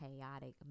chaotic